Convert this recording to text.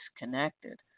disconnected